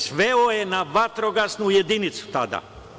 Sveo je na vatrogasnu jedinicu tada.